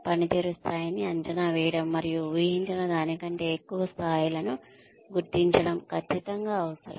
పనితీరు స్థాయిని అంచనా వేయడం మరియు ఊహించిన దానికంటే ఎక్కువ స్థాయిలను గుర్తించడం ఖచ్చితంగా అవసరం